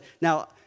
Now